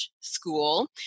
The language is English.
school